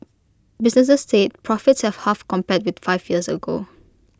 businesses said profits have halved compared with five years ago